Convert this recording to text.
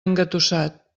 engatussat